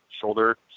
shoulder